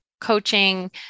coaching